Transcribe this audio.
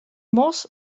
mos